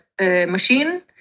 machine